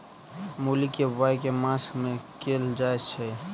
मूली केँ बोआई केँ मास मे कैल जाएँ छैय?